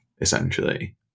essentially